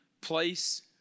place